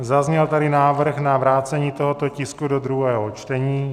Zazněl tady návrh na vrácení tohoto tisku do druhého čtení.